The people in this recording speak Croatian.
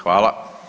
Hvala.